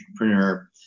entrepreneur